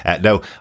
No